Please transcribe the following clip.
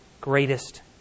greatest